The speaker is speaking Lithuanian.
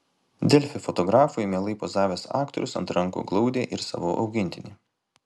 delfi fotografui mielai pozavęs aktorius ant rankų glaudė ir savo augintinį